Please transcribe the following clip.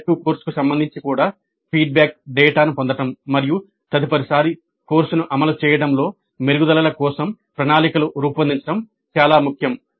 elective కోర్సుకు సంబంధించి కూడా ఫీడ్బ్యాక్ డేటాను పొందడం మరియు తదుపరిసారి కోర్సును అమలు చేయడంలో మెరుగుదలల కోసం ప్రణాళికలు రూపొందించడం చాలా ముఖ్యం